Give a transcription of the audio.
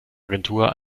agentur